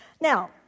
Now